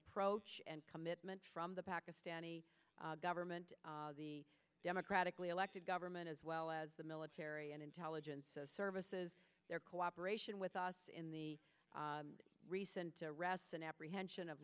approach and commitment from the pakistani government the democratically elected government as well as the military and intelligence services their cooperation with us in the recent arrests and apprehension of